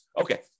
Okay